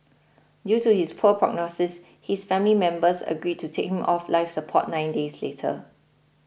due to his poor prognosis his family members agreed to take him off life support nine days later